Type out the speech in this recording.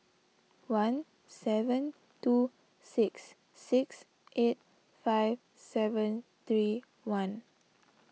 one seven two six six eight five seven three one